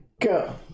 go